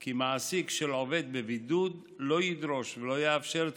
כי מעסיק של עובד בבידוד לא ידרוש ולא יאפשר את